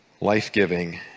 life-giving